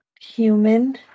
human